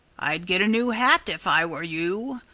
i'd get a new hat if i were you,